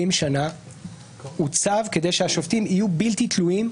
שנה הוצב כדי שהשופטים יהיו בלתי תלויים,